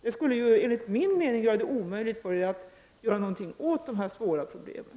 Enligt min mening skulle detta göra det omöjligt för er att göra någonting åt de här svåra problemen.